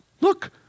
Look